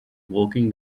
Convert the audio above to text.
walking